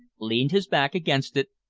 leaned his back against it,